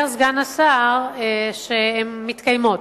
אומר סגן השר שהן מתקיימות.